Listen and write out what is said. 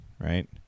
right